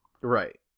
Right